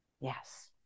Yes